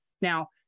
Now